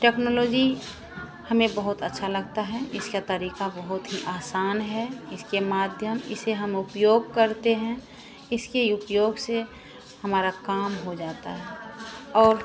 technology हमें बहुत अच्छी लगती है इसका तरीक़ा बहुत ही आसान है इसके माध्यम इसे हम उपयोग करते हैं इसके उपयोग से हमारा काम हो जाता है और